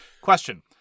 Question